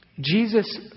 Jesus